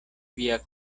via